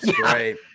right